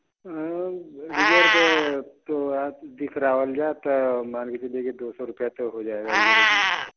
reserve तो आज दिख रहा हो जाता मान कर चलिए कि दो सौ रुपया तो हो जाएगा